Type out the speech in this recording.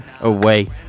away